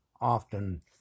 often